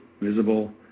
visible